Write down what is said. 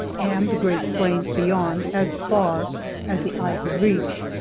and the great plains beyond as far as the eye could reach.